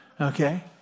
Okay